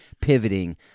pivoting